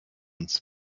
uns